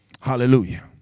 Hallelujah